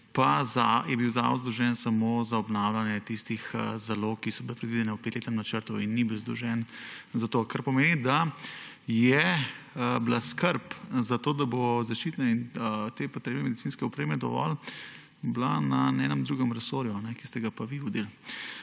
pa je bil zavod zadolžen samo za obnavljanje tistih zalog, ki so bile predvidene v petletnem načrtu, in ni bil zadolžen za to, kar pomeni, da je bila skrb za to, da bo zaščitne in potrebne medicinske opreme dovolj, na enem drugem resorju, ki ste ga pa vi vodili.